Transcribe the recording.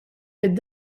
fid